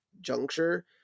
juncture